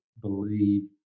believe